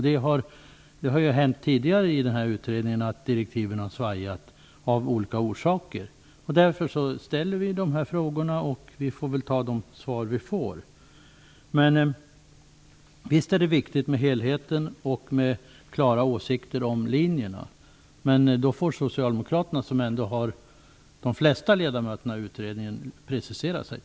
Det har hänt tidigare att direktiven har svajat av olika orsaker. Därför ställer vi dessa frågor, och vi får väl acceptera de svar som vi får. Visst är det viktigt med helheten och klara åsikter om linjerna. Men då får socialdemokraterna, som ändå har flest ledamöter i utredningen, precisera sig.